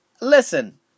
Listen